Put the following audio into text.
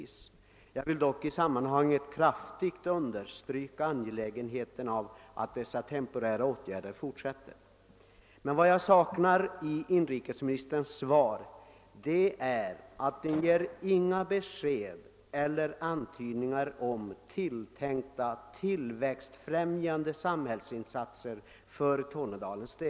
Jag vill dock i sammanhanget kraftigt understryka angelägenheten av att dessa temporära åtgärder fortsätter. Vad jag saknar i inrikesministerns svar är besked eller antydningar om tänkta tillväxtfrämjande samhällsinsatser för Tornedalen.